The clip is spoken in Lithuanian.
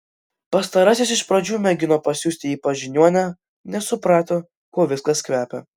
pastarasis iš pradžių mėgino pasiųsti jį pas žiniuonę nes suprato kuo viskas kvepia